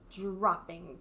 dropping